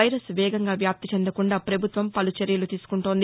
virus వేగంగా వ్యాప్తిచెందకుండా ప్రభుత్వం చర్యలు తీసుకుంటోంది